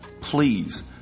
please